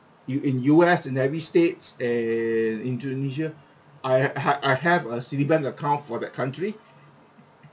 U in U_S in every states and indonesia I had I have a Citibank account for that country